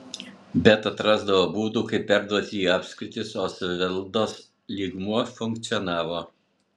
bet atrasdavo būdų kaip perduoti į apskritis o savivaldos lygmuo funkcionavo